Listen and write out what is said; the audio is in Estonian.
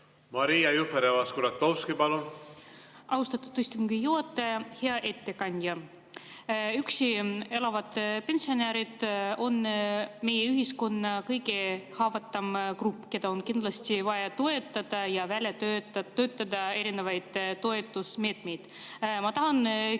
Maria Jufereva-Skuratovski, palun! Austatud istungi juhataja! Hea ettekandja! Üksi elavad pensionärid on meie ühiskonna kõige haavatavam grupp, keda on kindlasti vaja toetada. [On vaja] välja töötada erinevaid toetusmeetmeid. Ma tahan küsida,